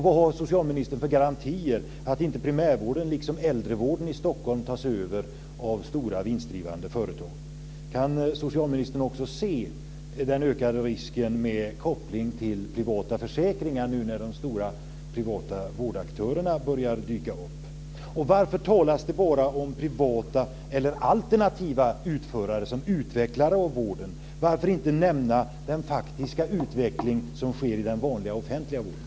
Vad har socialministern för garantier för att primärvården, liksom äldrevården i Stockholm, inte tas över av stora, vinstdrivande företag? Kan socialministern också se den ökade risken med koppling till privata försäkringar, när de stora privata vårdaktörerna nu börjar dyka upp? Och varför talas det bara om privata eller alternativa utförare som utvecklare av vården? Varför inte nämna den faktiska utveckling som sker i den vanliga, offentliga vården?